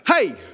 Hey